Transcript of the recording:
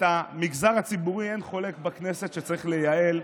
את המגזר הציבורי אין חולק בכנסת שצריך לייעל,